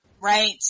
Right